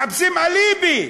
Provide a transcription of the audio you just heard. מחפשים אליבי,